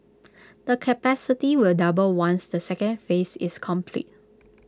the capacity will double once the second phase is complete